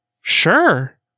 sure